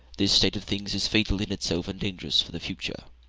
this state of things is fatal in itself and dangerous for the future.